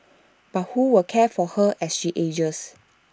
but who will care for her as she ages